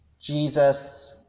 Jesus